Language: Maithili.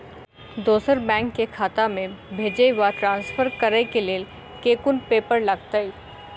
दोसर बैंक केँ खाता मे भेजय वा ट्रान्सफर करै केँ लेल केँ कुन पेपर लागतै?